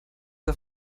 der